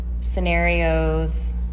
scenarios